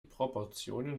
proportionen